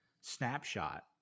snapshot